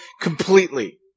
completely